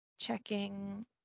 Checking